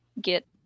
get